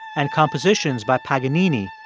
and compositions by paganini,